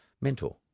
mentor